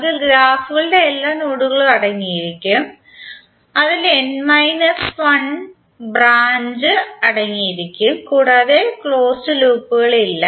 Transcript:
അതിൽ ഗ്രാഫുകളുടെ എല്ലാ നോഡുകളും അടങ്ങിയിരിക്കും അതിൽ n മൈനസ് 1 ബ്രാഞ്ച് അടങ്ങിയിരിക്കും കൂടാതെ ക്ലോസ്ഡ് ലൂപ്പുകൾ ഇല്ല